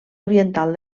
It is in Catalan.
oriental